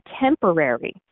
temporary